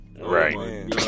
Right